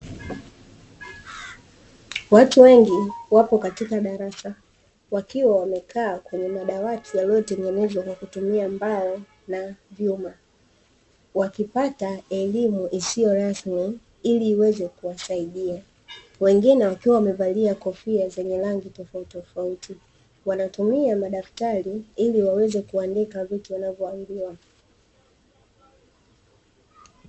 Watu wengi wapo katika darasa, wakiwa wamekaa kwenye madawati yaliyotengenezwa kwa kutumia mbao na vyuma, wakipata elimu isiyo rasmi ili iweze kuwasaidia wengine wakiwa wamevalia kofia zenye rangi tofautitofauti, wanatumia madaktari ili waweze kuandika vitu vinavyoambiwa.